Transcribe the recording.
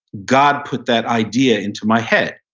god put that idea into my head.